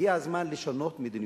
הגיע הזמן לשנות מדיניות.